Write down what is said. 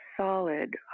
solid